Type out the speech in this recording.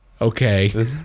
okay